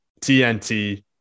TNT